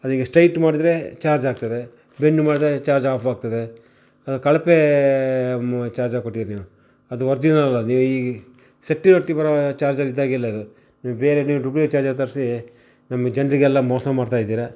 ಅದು ಹೀಗೆ ಸ್ಟ್ರೇಟ್ ಮಾಡಿದರೆ ಚಾರ್ಜ್ ಆಗ್ತದೆ ಬೆಂಡ್ ಮಾಡಿದರೆ ಚಾರ್ಜ್ ಆಫ್ ಆಗ್ತದೆ ಕಳಪೆ ಚಾರ್ಜರ್ ಕೊಟ್ಟಿದ್ದೀರಿ ನೀವು ಅದು ಒರಿಜಿನಲ್ ಅಲ್ಲ ನೀವು ಈ ಸೆಟ್ಟಿನ ಒಟ್ಟಿಗೆ ಬರುವ ಚಾರ್ಜರ್ ಇದ್ದ ಹಾಗೆ ಇಲ್ಲ ಇದು ಇದು ಬೇರೆಯೇ ಡೂಪ್ಲಿಕೇಟ್ ಚಾರ್ಜರ್ ತರಿಸಿ ನಮಗೆ ಜನರಿಗೆಲ್ಲ ಮೋಸ ಮಾಡ್ತಾಯಿದ್ದೀರಾ